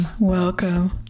Welcome